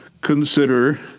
consider